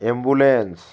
ambulance